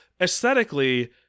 aesthetically